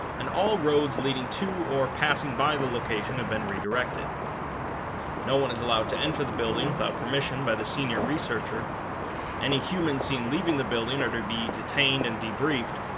and all roads leading to or passing by the location have been redirected no one is allowed to enter the building without permission by the senior researcher any human seen leaving the building are to be detained and debriefed,